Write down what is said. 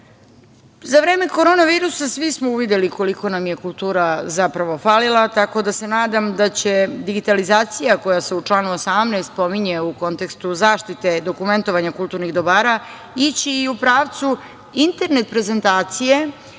vreme korona virusa svi smo uvideli koliko nam je kultura zapravo falila, tako da se nadam da će digitalizacija, koja se u članu 18. pominje u kontekstu zaštite dokumentovanja kulturnih dobara, ići i u pravcu internet prezentacije,